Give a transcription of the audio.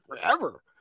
forever